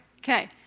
Okay